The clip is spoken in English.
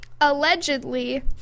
allegedly